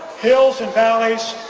hills and valleys,